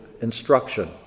instruction